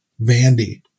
Vandy